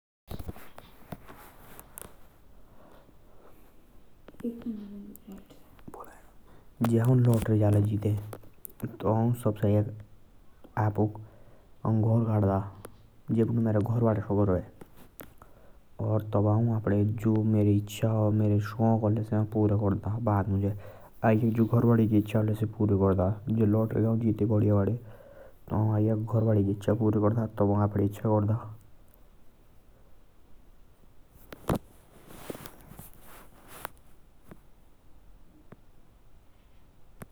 जा और लॉटरी जाला जिते और सबसे अज्ञाग घर गढ़था। जपुंदे मेरे घरवाले सका रहे। तब अहु अपड़े शोणक पूरे करदा बद मुँजे। अज्ञाग अहु घर वाड़ी के इच्छा पूरे करदा।